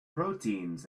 proteins